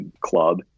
club